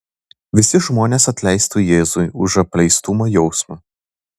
visi žmonės atleistų jėzui už apleistumo jausmą